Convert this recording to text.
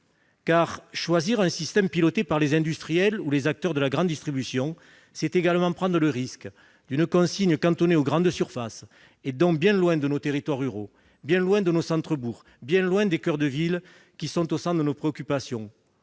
Car choisir un système piloté par les industriels ou les acteurs de la grande distribution, c'est également prendre le risque d'une consigne cantonnée aux grandes surfaces et donc bien loin de nos territoires ruraux, bien loin de nos centres-bourgs, bien loin des coeurs de ville, qui sont au centre de nos préoccupations.